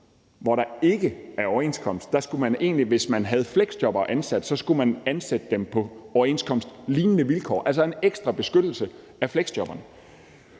hvor der ikke er overenskomst, skulle man egentlig, hvis man havde fleksjobbere ansat, ansætte dem på overenskomstlignende vilkår, altså en ekstra beskyttelse af fleksjobberne.